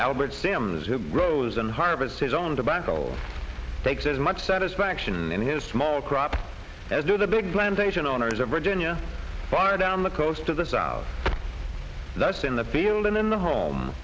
grows and harvest his own tobacco takes as much satisfaction in his small crop as do the big plantation owners of virginia far down the coast to the south that's in the field and in the home